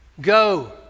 Go